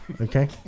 Okay